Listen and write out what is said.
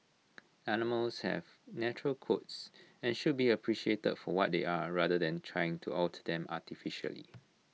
animals have natural coats and should be appreciated for what they are rather than trying to alter them artificially